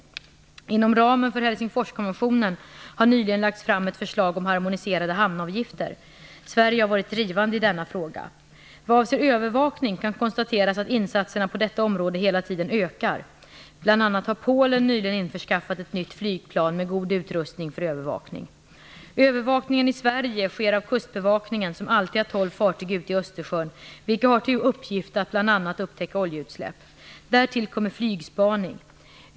Inom ramen för Helsingforskonventionen har nyligen lagts fram ett förslag om harmoniserade hamnavgifter. Sverige har varit drivande i denna fråga. Vad avser övervakning kan konstateras att insatserna på detta område hela tiden ökar. Bl.a. har Polen nyligen införskaffat ett nytt flygplan med god utrustning för övervakning. Övervakningen i Sverige sker av kustbevakningen, som alltid har tolv fartyg ute i Östersjön vilka har till uppgift att bl.a. upptäcka oljeutsläpp. Därtill kommer flygspaning.